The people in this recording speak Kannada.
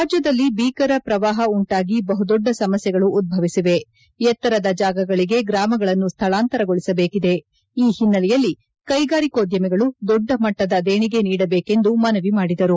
ರಾಜ್ಯದಲ್ಲಿ ಬೀಕರ ಪ್ರವಾಹ ಉಂಟಾಗಿ ಬಹುದೊಡ್ಡ ಸಮಸ್ಟೆಗಳು ಉದ್ವವಿಸಿವೆ ಎತ್ತರದ ಜಾಗಗಳಿಗೆ ಗ್ರಾಮಗಳನ್ನು ಸ್ವಳಾಂತರಗೊಳಿಸಬೇಕಿದೆ ಈ ಹಿನ್ನಲೆಯಲ್ಲಿ ಕೈಗಾರಿಕೋದ್ಯಮಿಗಳು ದೊಡ್ಡ ಮಟ್ಟದ ದೇಣಿಗೆ ನೀಡಬೇಕೆಂದು ಮುಖ್ಯಮಂತ್ರಿ ಮನವಿ ಮಾಡಿದರು